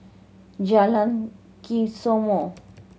Jalan Kesoma